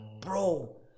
Bro